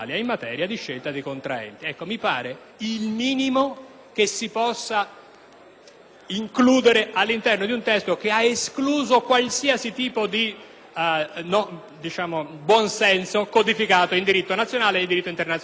previsione all'interno di un testo che ha escluso qualsiasi tipo di buon senso codificato in diritto nazionale ed internazionale, tolta quella frase ad effetto della legalità internazionale.